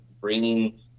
bringing